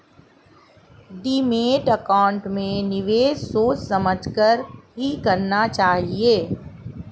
demat account में निवेश सोच समझ कर ही करना चाहिए